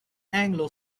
anglo